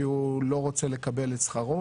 כי הוא לא רוצה לקבל את שכרו.